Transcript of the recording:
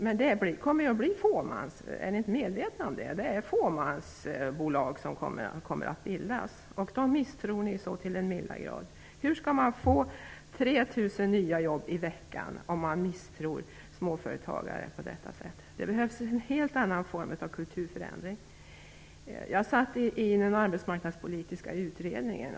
Men det kommer att bli fåmansbolag som bildas, är inte Socialdemokraterna medvetna om det? Det är ju dem som Socialdemokraterna misstror så till den milda grad. Hur skall man få 3 000 nya jobb i veckan om man misstror småföretagarna på detta sätt? Det behövs en helt annan form av kulturförändring. Jag har suttit med i den arbetsmarknadspolitiska utredningen.